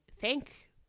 thank